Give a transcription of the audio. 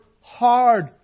hard